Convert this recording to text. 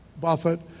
Buffett